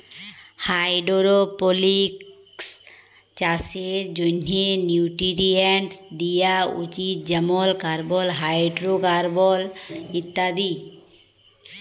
hydroponics চাষের জ্যনহে nutrients দিয়া উচিত যেমল কার্বল, হাইডোরোকার্বল ইত্যাদি